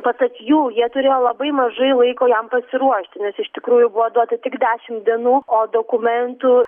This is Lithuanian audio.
pasak jų jie turėjo labai mažai laiko jam pasiruošti nes iš tikrųjų buvo duota tik dešimt dienų o dokumentų